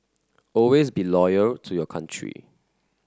always be loyal to your country